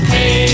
Hey